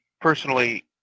personally